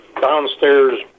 downstairs